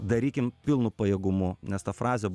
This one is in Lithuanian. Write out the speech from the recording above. darykim pilnu pajėgumu nes ta frazė